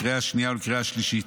לקריאה שנייה ולקריאה שלישית.